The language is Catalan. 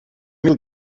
mil